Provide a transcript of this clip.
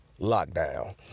lockdown